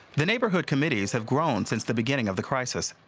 the neighborhood committees have grown since the beginning of the crisis.